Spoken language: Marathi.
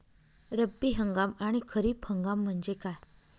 रब्बी हंगाम आणि खरीप हंगाम म्हणजे काय?